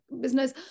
business